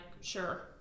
sure